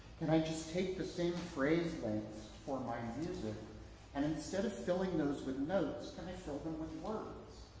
can i just take the same phrase length for my music and instead of showing those with notes, can i show them with words?